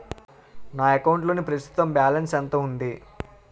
నా అకౌంట్ లోని ప్రస్తుతం బాలన్స్ ఎంత ఉంది?